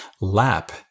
Lap